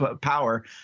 power